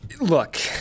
Look